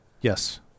Yes